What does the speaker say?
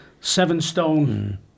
seven-stone